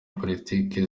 politiki